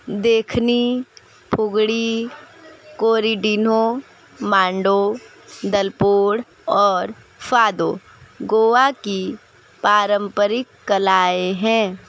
देखनी फुगड़ी कोरिडिन्हो मांडो डलपोड और फादो गोवा की पारंपरिक कलाएँ हैं